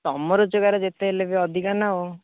ତୁମ ରୋଜଗାର ଯେତେ ହେଲେ ବି ଅଧିକା ନା